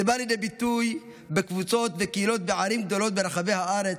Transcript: זה בא לידי ביטוי בקבוצות וקהילות בערים גדולות ברחבי הארץ,